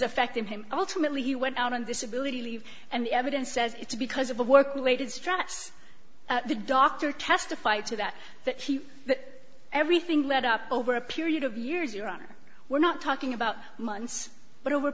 affecting him ultimately he went out on this ability leave and the evidence says it's because of a work related stress the doctor testified to that that he that everything led up over a period of years your honor we're not talking about months but over a